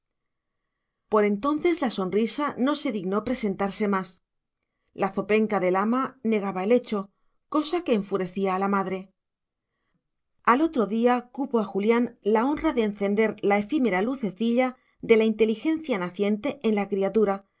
por entonces la sonrisa no se dignó presentarse más la zopenca del ama negaba el hecho cosa que enfurecía a la madre al otro día cupo a julián la honra de encender la efímera lucecilla de la inteligencia naciente en la criatura